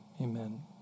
Amen